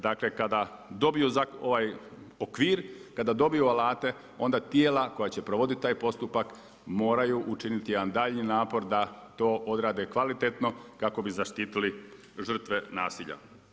Dakle, kada dobiju ovaj okvir, kada dobiju alate, onda tijela koja će provoditi taj postupak moraju učiniti jedan dalji napor da to odrade kvalitetno kako bi zaštitili žrtve nasilja.